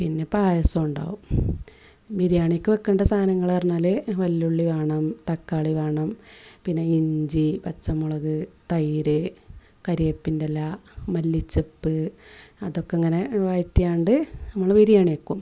പിന്നെ പായസമുണ്ടാകും ബിരിയാണിക്ക് വെക്കേണ്ട സാധനങ്ങൾ പറഞ്ഞാൽ വല്യുള്ളി വേണം തക്കാളി വേണം പിന്നെ ഇഞ്ചി പച്ചമുളക് തൈര് കരിവേപ്പിന്റെ ഇല മല്ലിച്ചെപ്പ് അതൊക്കിങ്ങനെ വയറ്റിയാണ്ട് നമ്മൾ ബിരിയാണി വെക്കും